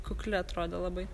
kukli atrodo labai